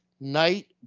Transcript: night